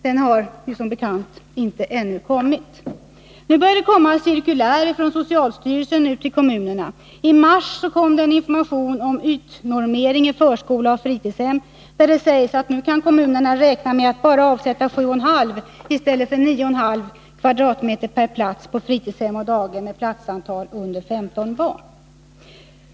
Den har som bekant ännu inte kommit. Nu börjar det komma cirkulär från socialstyrelsen till kommunerna. I mars i år kom information om ytnormering i förskola och fritidshem, där det sägs att kommunerna nu kan räkna med att avsätta bara 7,5 i stället för 9,5 kvadratmeter per plats på fritidshem och daghem med plats för mindre än 15 barn.